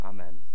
Amen